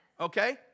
Okay